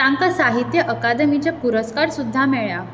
तांकां साहित्य अकदेमीचे पुरस्कार सुद्दां मेळ्ळ्या